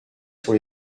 sur